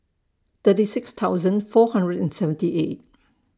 thirty six thousand four hundred and seventy eight